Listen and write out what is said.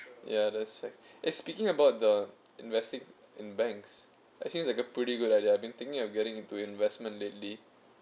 ya there's eh speaking about the investing in banks like seems like a pretty good idea I've been thinking of getting into investment lately